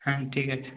হ্যাঁ ঠিক আছে